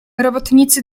robotnicy